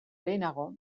lehenago